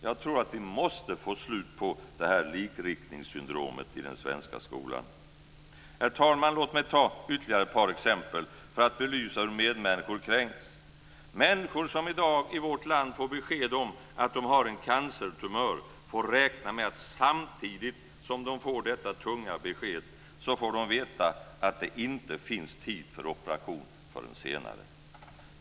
Jag tror att vi måste få slut på detta likriktningssyndrom i den svenska skolan. Herr talman! Låt mig ta ytterligare ett par exempel för att belysa hur medmänniskor kränks. Människor som i dag i vårt land får besked om att de har en cancertumör får räkna med att, samtidigt som de får detta tunga besked, få veta att det inte finns tid för operation förrän senare.